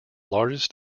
largest